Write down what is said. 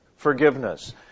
Forgiveness